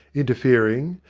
interfering,